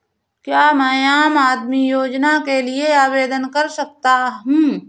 क्या मैं आम आदमी योजना के लिए आवेदन कर सकता हूँ?